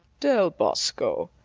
del bosco,